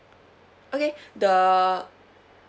okay the